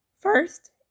First